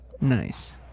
Nice